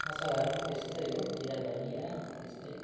मलसाहरू पनि त्यस्तै हो जिरा धनियाँ त्यस्तै